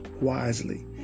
wisely